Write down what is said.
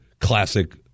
classic